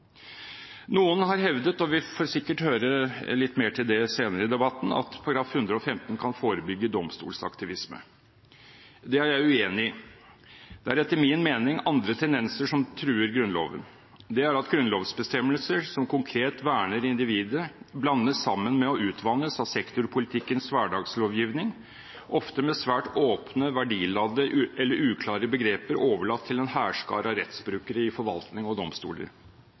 Noen har hevdet – og vi får sikkert høre litt mer til det senere i debatten – at § 115 kan forebygge domstolaktivisme. Det er jeg uenig i. Det er etter min mening andre tendenser som truer Grunnloven. Det er at grunnlovsbestemmelser som konkret verner individet, blandes sammen med og utvannes av sektorpolitikkens hverdagslovgivning, ofte med svært åpne, verdiladde eller uklare begreper overlatt til en hærskare av rettsbrukere i forvaltning og domstoler.